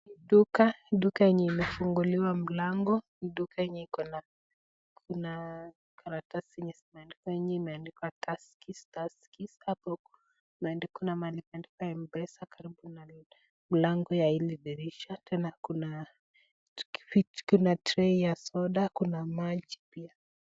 Duka, duka yenye imefunguliwa mlango, duka yenye iko na karatsi zenye zimeandikwa Tuskys, hapo kuna mahali imeandikwa Mpesa karbu na mlano ya hili dirisha, tena kuna trei ya soda, kuna maji pia.